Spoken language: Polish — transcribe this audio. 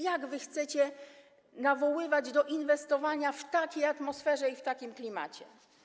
Jak wy chcecie nawoływać do inwestowania w takiej atmosferze i w takim klimacie?